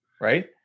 Right